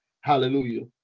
hallelujah